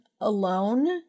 alone